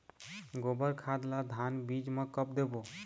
गोबर खाद ला धान बीज म कब देबो?